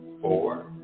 four